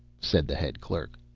said the head clerk.